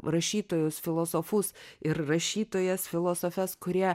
rašytojus filosofus ir rašytojas filosofes kurie